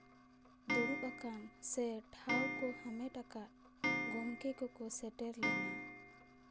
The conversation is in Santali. ᱫᱩᱲᱩᱵ ᱟᱠᱟᱱ ᱥᱮ ᱴᱷᱟᱶ ᱠᱚ ᱦᱟᱢᱮᱴ ᱟᱠᱟᱫ ᱜᱚᱝᱠᱮ ᱠᱚᱠᱚ ᱥᱮᱴᱮᱨ ᱞᱮᱱᱟ